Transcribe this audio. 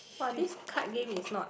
!wah! this card game is not